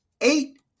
eight